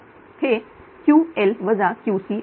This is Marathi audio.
हे Ql QC असेल